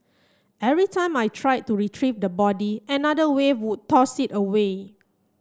every time I tried to retrieve the body another wave would toss it away